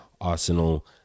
Arsenal